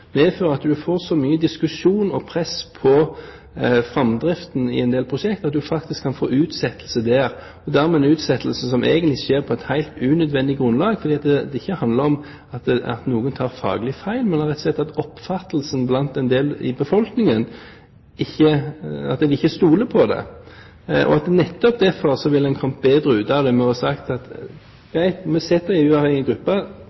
at en får så mye diskusjon og press på framdriften i en del prosjekt, at en faktisk kan få utsettelse der – og dermed en utsettelse som egentlig skjer på et helt unødvendig grunnlag fordi det ikke handler om at noen tar faglig feil, men om at oppfattelsen blant en del i befolkningen rett og slett er slik at en ikke stoler på dem. Nettopp derfor vil en ha kommet bedre ut av det ved å si at